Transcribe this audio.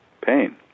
pain